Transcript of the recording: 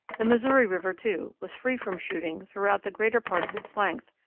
the missouri river, too, was free from shooting throughout the greater part of its length,